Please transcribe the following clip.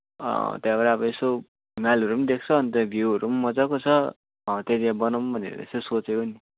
अँ त्यहाँबाट यसो हिमालहरू पनि देख्छ अन्त भ्युहरू पनि मजाको छ हो त्यहाँनिर बनाउँ भनेर यसो सोचेको नि